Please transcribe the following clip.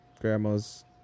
grandma's